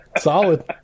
Solid